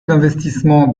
d’investissement